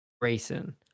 Grayson